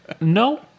No